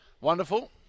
Wonderful